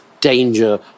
danger